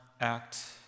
act